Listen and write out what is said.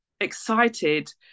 excited